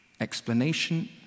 explanation